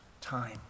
time